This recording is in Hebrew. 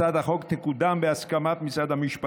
הצעת החוק תקודם בהסכמת המשרדים משפטים,